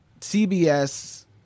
CBS